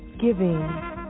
giving